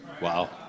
Wow